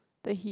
the heat